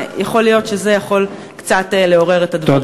ויכול להיות שזה יכול קצת לעורר את הדברים.